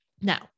Now